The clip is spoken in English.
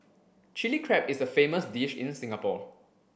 Chilli Crab is a famous dish in Singapore